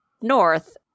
north